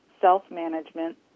self-management